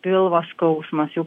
pilvo skausmas jau